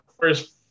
first